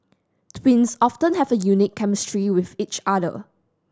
twins often have a unique chemistry with each other